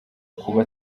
kuba